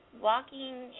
walking